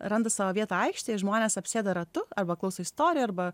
randa savo vietą aikštėje žmones apsėda ratu arba klauso istorijų arba